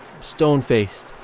stone-faced